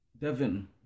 Devin